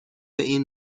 این